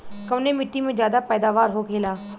कवने मिट्टी में ज्यादा पैदावार होखेला?